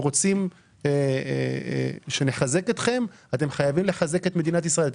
אם אתם רוצים שנחזק אתכם אתם חייבים לחזק את מדינת ישראל,